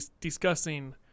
discussing